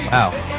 Wow